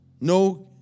No